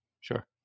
Sure